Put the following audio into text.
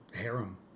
harem